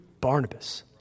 Barnabas